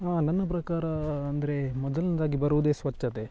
ನನ್ನ ಪ್ರಕಾರ ಅಂದರೆ ಮೊದಲನೇದಾಗಿ ಬರುವುದೇ ಸ್ವಚ್ಛತೆ